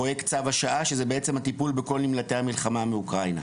פרויקט צו השעה שזה הטיפול בכל נמלטי המלחמה באוקראינה.